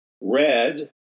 red